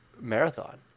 marathon